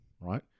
right